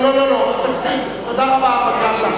המן הרע זה ה"חמאס" חבר הכנסת נסים זאב.